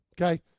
Okay